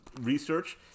research